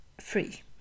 free